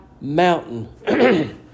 mountain